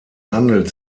handelt